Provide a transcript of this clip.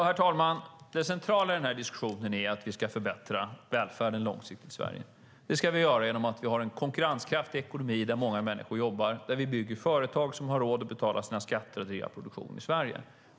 Herr talman! Det centrala i diskussionen är att vi ska förbättra välfärden långsiktigt i Sverige. Det ska vi göra genom att vi har en konkurrenskraftig ekonomi där många människor jobbar, där vi bygger företag som har råd att betala sina skatter och driva produktion i Sverige.